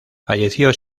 falleció